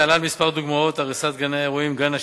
להלן כמה דוגמאות: הריסת גני האירועים "גן השקמים"